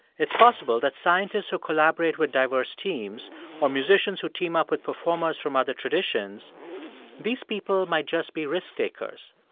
it's possible that scientists who collaborate with diverse teams or musicians who team up with performers from other traditions these people might just be risk takers.